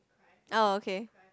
oh okay